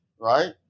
right